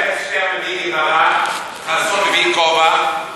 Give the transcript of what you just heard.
חסון עם כובע?